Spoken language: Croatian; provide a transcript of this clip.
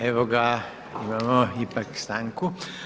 Evo ga imamo ipak stanku.